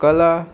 कला